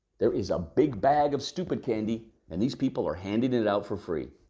there is a big bag of stupid candy and these people are handing it out for free.